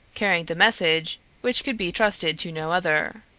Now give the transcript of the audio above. carrying the message which could be trusted to no other.